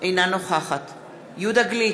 אינה נוכחת יהודה גליק,